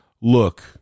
look